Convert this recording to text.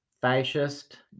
fascist